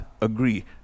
agree